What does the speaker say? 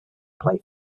play